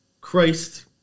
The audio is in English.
christ